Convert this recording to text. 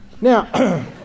Now